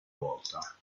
volta